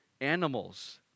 animals